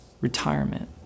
retirement